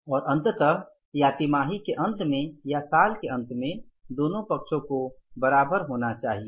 और अंततः या तिमाही के अंत में या साल के अंत में दोनों पक्षों को बराबर होना चाहिए